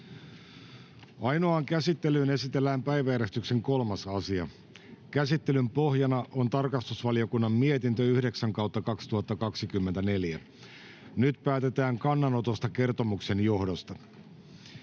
Ainoaan käsittelyyn esitellään päiväjärjestyksen 3. asia. Käsittelyn pohjana on tarkastusvaliokunnan mietintö TrVM 9/2024 vp. Nyt päätetään kannanotosta kertomuksen johdosta.